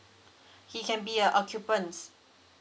he can be a occupants